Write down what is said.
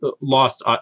lost